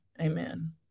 amen